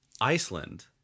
Iceland